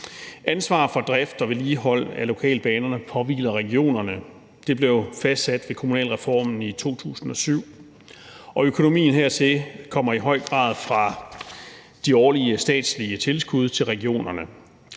Ansvar for drift og vedligehold af lokalbanerne påhviler regionerne. Det blev fastsat ved kommunalreformen i 2007, og økonomien hertil kommer i høj grad fra de årlige statslige tilskud til regionerne.